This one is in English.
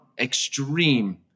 extreme